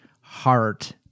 Heart